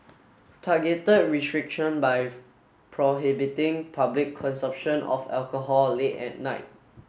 targeted restriction by prohibiting public consumption of alcohol late at night